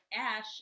Ash